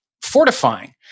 fortifying